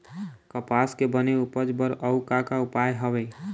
कपास के बने उपज बर अउ का का उपाय हवे?